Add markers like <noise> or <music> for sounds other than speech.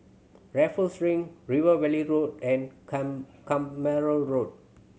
Raffles Link River Valley Road and <unintelligible> Carpmael Road